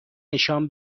نشان